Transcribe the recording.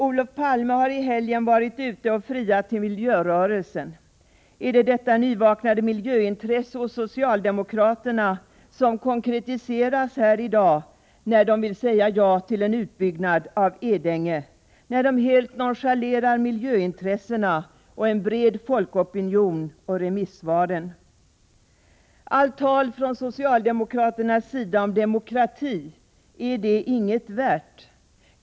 Olof Palme har i helgen varit ute och friat till miljörörelsen. Är det detta nyvaknade miljöintresse hos socialdemokraterna som konkretiseras här i dag när de vill säga ja till en utbyggnad av Edänge, när de helt nonchalerar miljöintressena, en bred folkopinion och remissvaren? Allt tal från socialdemokraternas sida om demokrati — är det inget värt?